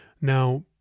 Now